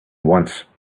once